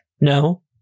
No